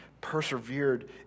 persevered